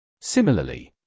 Similarly